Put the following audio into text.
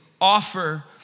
offer